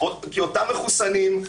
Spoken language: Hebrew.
אותם מחוסנים,